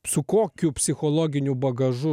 su kokiu psichologiniu bagažu